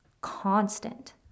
constant